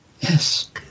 yes